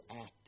act